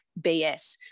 BS